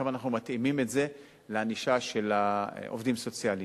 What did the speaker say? עכשיו אנחנו מתאימים את זה בקשר לעובדים סוציאליים.